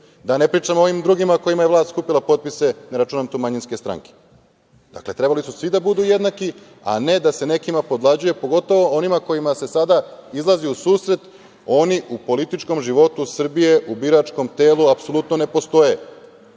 da ne pričam o ovim drugima kojima je vlast skupila potpise, ne računam tu manjinske stranke. Dakle, trebali su svi da budu jednaki, a ne da se nekima podvlađuje, pogotovo onima kojima se sada izlazi u susret, oni u političkom životu Srbije, u biračkom telu apsolutno ne postoje.Zašto